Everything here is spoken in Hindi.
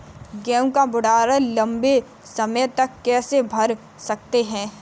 गेहूँ का भण्डारण लंबे समय तक कैसे कर सकते हैं?